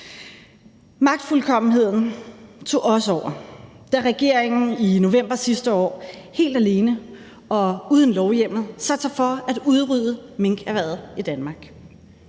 Magtfuldkommenheden tog også over, da regeringen i november sidste år helt alene og uden lovhjemmel satte sig for at udrydde minkerhvervet i Danmark.